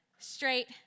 Straight